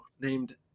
named